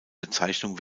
bezeichnung